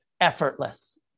effortless